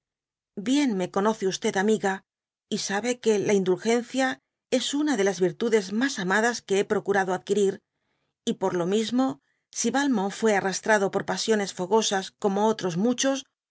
bien nie conoce amiga y sabe que la indulgencia es una de las virtudes ma amadas que bé procurado adquirir y por lo mismo si yalmont fué arrastrado por pasiones fogosas pomo otros muchos